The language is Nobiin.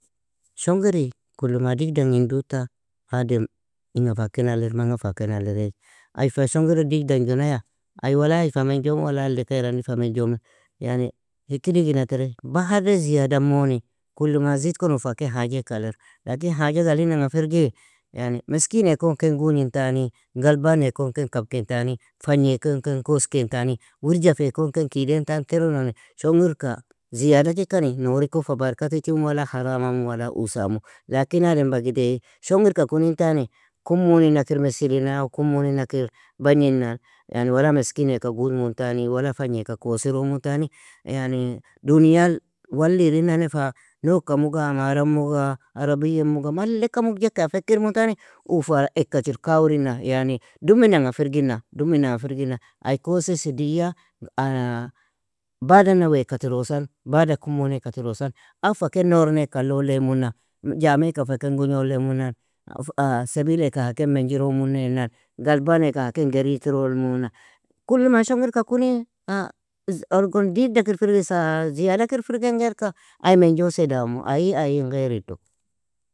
Shongiri kulu ma digdan gin duta, adem inga fa ken alir, manga fa ken alirei. Ai fa shongir digdan gonaya, ai wala ai fa menjimu, wala alikair ani fa menjimu. Yani, hikir igina ter, bahar ea ziyada moni, kulu ma zidkan uu fa ken haji eak alir. Lakin hajg alinanga firgi, yani, meskin ekon ken gugnin tani, galban ekon ken kab ken tani, fagni ekon ken koos ken taani, wirjafe ekon ken kidein tan terunoneni shongarika ziyada kikani nouri kon fa bareka tichiumo wala haramaimu wala uosaimu lakin adem bagide shongirka kunin tani kummoninakir mesilina aw kummoninakir bagninn wala meskin eka gugmun tani, wala fagni eka kusiro mun tani, yani, duniyal wall irin nane fa nog ka muga, amra muga, arabia muga, mallika mugjeka fekirmun tani u fa eka chir kawrinna, yani duminanga firgina, duminanga firgina, ai koosesi diya bad ana weaka tirusan, bada kummon eka tirusan, aw fa ken nourn eka alole imuna, jame eka fa ken gugnole imuna, sebiel eaka ha ken menjiro muneinan, galban eaka ha ken gerikirole imuna. Kulu ma shongirka kuni, orgon digda kir firgi sa_ziyada kir firgan gerka, ai menjose damu, aie- ain geiri dogo.